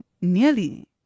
nearly